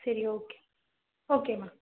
சரி okay okay மா